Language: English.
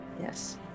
Yes